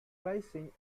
pricing